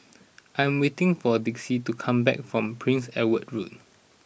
I am waiting for Dicie to come back from Prince Edward Road